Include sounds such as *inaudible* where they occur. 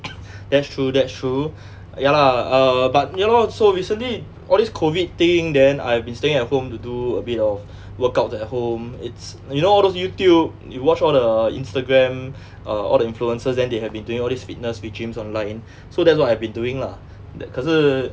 *coughs* that's true that's true ya lah err but ya lor so recently all these COVID thing then I've been staying at home to do a bit of workout at home it's you know all those YouTube you watch all the Instagram uh all the influencers then they have been doing all these fitness regimes online so that's what I've been doing lah uh 可是